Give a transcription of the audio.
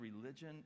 religion